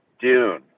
Dune